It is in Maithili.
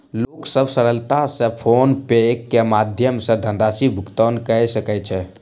लोक सभ सरलता सॅ फ़ोन पे के माध्यम सॅ धनराशि भुगतान कय सकै छै